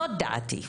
זאת דעתי.